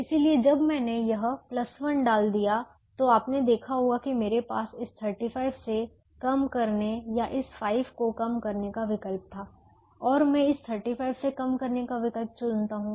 इसलिए जब मैंने यह 1 डाल दिया तो आपने देखा होगा कि मेरे पास इस 35 से कम करने या इस 5 से कम करने का विकल्प था और मैं इस 35 से कम करने का विकल्प चुनता हूं